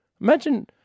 Imagine